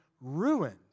ruined